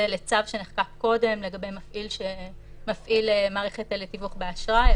לצו שנחקק קודם לגבי מפעיל שמפעיל מערכת לתיווך באשראי,